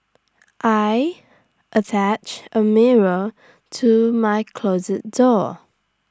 I attached A mirror to my closet door